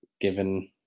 given